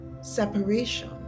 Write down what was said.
separation